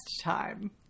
time